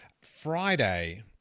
Friday